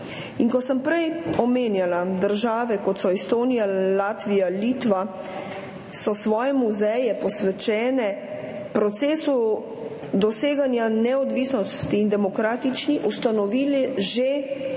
Kot sem prej omenjala, države, kot so Estonija, Latvija, Litva, so svoje muzeje, posvečene procesu doseganja neodvisnosti in demokratičnosti, ustanovile že